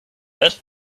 bit